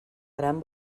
gran